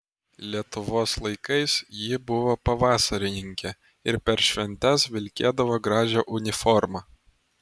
lietuvos laikais ji buvo pavasarininkė ir per šventes vilkėdavo gražią uniformą